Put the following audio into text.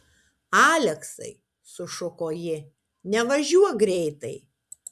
aleksai sušuko ji nevažiuok greitai